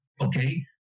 okay